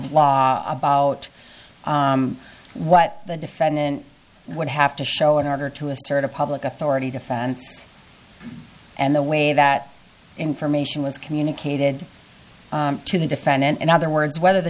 of law about what the defendant would have to show in order to assert a public authority defense and the way that information was communicated to the defendant in other words whether the